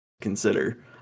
consider